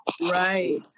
Right